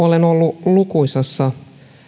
olen ollut lukuisissa